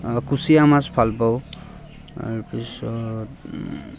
অঁ কুচিয়া মাছ ভাল পাওঁ তাৰপিছত